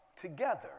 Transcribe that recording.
together